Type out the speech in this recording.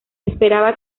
esperaba